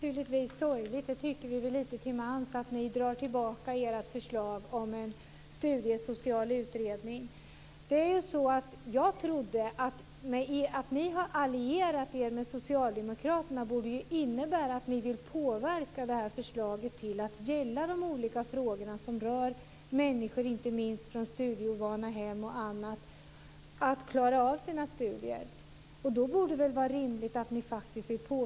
Fru talman! Det är naturligtvis sorgligt, Britt Marie Danestig, att ni drar tillbaka ert förslag om en studiesocial utredning. Det tycker vi lite till mans. Jag trodde att det faktum att ni har allierat er med socialdemokraterna innebar att ni ville påverka förslaget så att det skulle komma att gälla dessa olika frågor. Det rör inte minst människor från studieovana hem, som skall klara av sina studier. Då borde det vara rimligt att påverka i denna riktning.